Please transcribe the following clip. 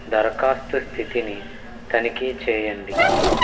దరఖాస్తు స్థితిని తనిఖీ చెయ్యండి